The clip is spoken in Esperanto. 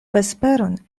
vesperon